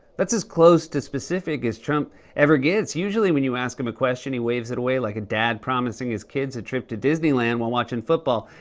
that's as close to specific as trump ever gets. usually when you ask him a question, he waves it away like a dad promising his kids a trip to disneyland while watching football.